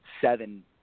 seven